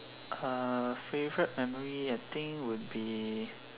uh favorite memory I think would be